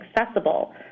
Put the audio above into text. accessible